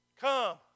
Come